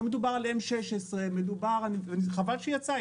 לא מדובר על M-16. חבל שהיא יצאה,